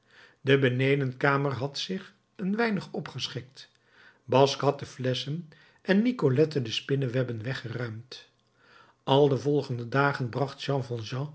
de benedenkamer had zich een weinig opgeschikt basque had de flesschen en nicolette de spinnewebben weggeruimd al de volgende dagen brachten